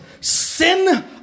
sin